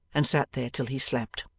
and sat there till he slept.